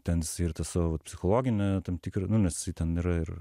ten jisai ir tą savo vat psichologinę tam tikrą nu nes jisai ten ir ir